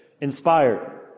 inspired